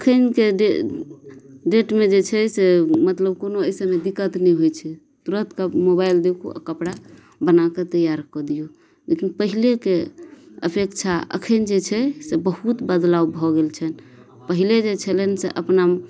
अखनके डेटमे जे छै से मतलब कोनो एहिसबमे दिक्कत नहि होइ छै तुरत कऽ मोबाइल देखू आ कपड़ा बनाके तैयार कऽ दियौ लेकिन पहिलेके अपेक्षा अखन जे छै से बहुत बदलाव भऽ गेल छनि पहिले जे छलनि से अपना